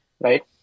right